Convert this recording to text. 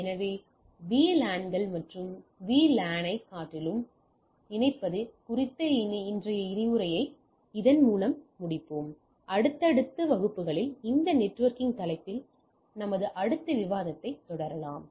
எனவே LAN கள் மற்றும் VLAN களை இணைப்பது குறித்த இன்றைய விரிவுரையை இதன் மூலம் முடிப்போம் அடுத்தடுத்த வகுப்புகளில் இந்த நெட்வொர்க்கிங் தலைப்பில் விவாதத்தைத் தொடருவோம்